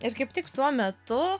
ir kaip tik tuo metu